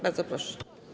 Bardzo proszę.